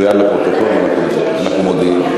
צוין לפרוטוקול, אנחנו מודיעים.